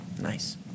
Nice